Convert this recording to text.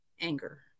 anger